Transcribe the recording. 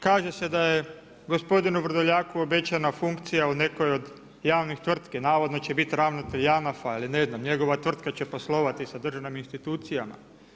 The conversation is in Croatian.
Kaže se da je gospodinu Vrdoljaku obećana funkcija u nekoj od javnih tvrtki, navodno će biti ravnatelj JANAF-a ili ne znam, njegova tvrtka će poslovati sa državnim institucijama.